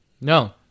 No